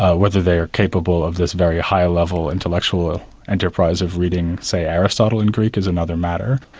ah whether they're capable of this very high level intellectual enterprise of reading, say, aristotle in greek is another matter.